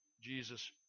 Jesus